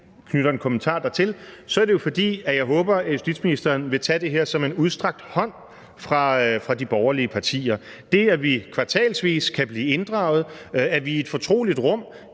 lige knytter en kommentar dertil, er det jo, fordi jeg håber, at justitsministeren vil tage det her som en udstrakt hånd fra de borgerlige partier: det, at vi kvartalsvis kan blive inddraget, at vi i et fortroligt rum